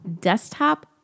desktop